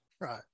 right